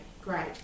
great